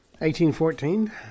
1814